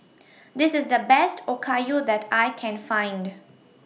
This IS The Best Okayu that I Can Find